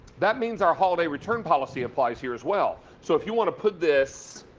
that means our holiday return policy applies here as well. so if you want to put this,